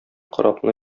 корабны